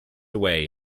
away